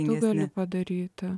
nutarė padaryti